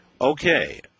Okay